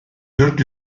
dört